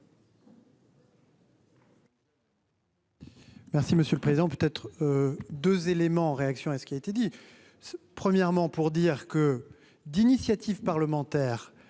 Merci monsieur le président peut être 2 éléments en réaction à ce qui a été dit, premièrement pour dire que d'initiative parlementaire,